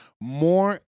More